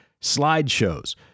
slideshows